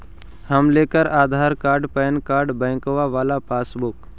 हम लेकर Aadhaar card PAN card बैंकवा वाला पासबुक?